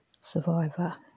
survivor